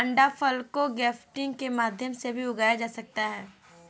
अंडाफल को ग्राफ्टिंग के माध्यम से भी उगाया जा सकता है